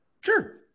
Sure